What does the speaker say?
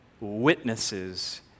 witnesses